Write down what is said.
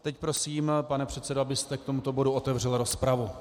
Teď prosím, pane předsedo, abyste k tomuto bodu otevřel rozpravu.